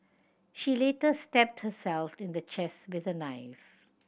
she later stabbed herself in the chest with a knife